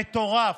מטורף.